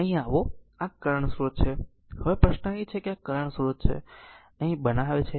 હવે અહીં આવો આ કરંટ સ્રોત છે હવે પ્રશ્ન એ છે કે આ કરંટ સ્રોત છે અહીં બનાવે છે